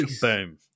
Boom